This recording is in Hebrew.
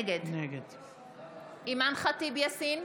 נגד אימאן ח'טיב יאסין,